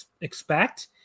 expect